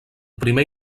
primer